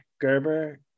gerber